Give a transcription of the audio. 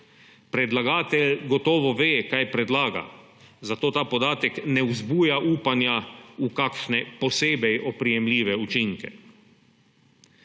Predlagatelj gotovo ve, kaj predlaga, zato ta podatek ne vzbuja upanja v kakšne posebej oprijemljive učinke.